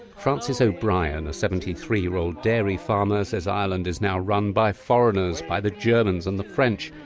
frances o'brien, a seventy three year old dairy farmer, says ireland is now run by foreigners by the germans and the french.